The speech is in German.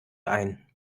ein